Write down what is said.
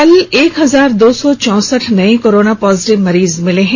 कल एक हजार दो सौ चौंसठ नए कोरोना पॉजिटिव मरीज मिले हैं